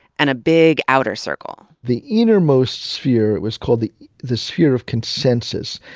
and a big outer circle. the innermost sphere, it was called the the sphere of consensus.